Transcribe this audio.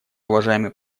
уважаемый